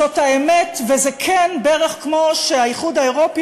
זאת האמת וזה כן בערך כמו שהאיחוד האירופי